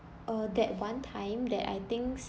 uh that one time that I thinks